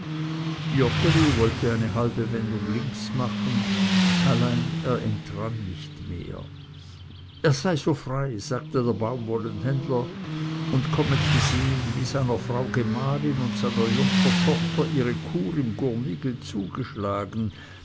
wollte eine halbe wendung links machen allein er entrann nicht mehr er sei so frei sagte der baumwollenhändler und komme zu sehen wie seiner frau gemahlin und seiner jungfer tochter ihre kur im gurnigel zugeschlagen